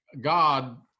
God